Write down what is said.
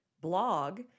blog